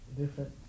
different